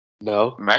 No